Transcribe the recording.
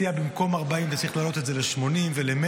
במקום 40 הייתי מציע להעלות את זה ל-80 ול-100,